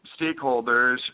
stakeholders